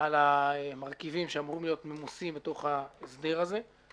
על המרכיבים שאמורים להיות ממוסים בתוך ההסדר הזה.